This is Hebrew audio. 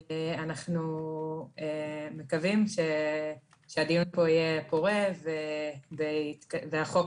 אנחנו מקווים שהדיון פה יהיה פורה והחוק